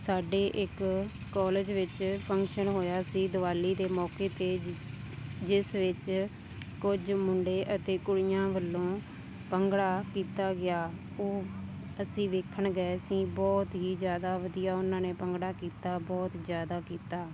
ਸਾਡੇ ਇੱਕ ਕਾਲਜ ਵਿੱਚ ਫੰਕਸ਼ਨ ਹੋਇਆ ਸੀ ਦੀਵਾਲੀ ਦੇ ਮੌਕੇ 'ਤੇ ਜਿ ਜਿਸ ਵਿੱਚ ਕੁਝ ਮੁੰਡੇ ਅਤੇ ਕੁੜੀਆਂ ਵੱਲੋਂ ਭੰਗੜਾ ਕੀਤਾ ਗਿਆ ਉਹ ਅਸੀਂ ਵੇਖਣ ਗਏ ਸੀ ਬਹੁਤ ਹੀ ਜ਼ਿਆਦਾ ਵਧੀਆ ਉਹਨਾਂ ਨੇ ਭੰਗੜਾ ਕੀਤਾ ਬਹੁਤ ਜ਼ਿਆਦਾ ਕੀਤਾ